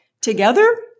Together